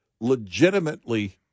legitimately